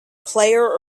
player